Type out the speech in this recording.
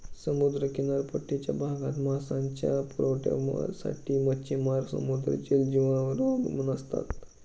समुद्र किनारपट्टीच्या भागात मांसाच्या पुरवठ्यासाठी मच्छिमार समुद्री जलजीवांवर अवलंबून असतात